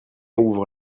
ouvre